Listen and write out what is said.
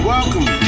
Welcome